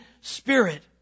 Spirit